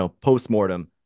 post-mortem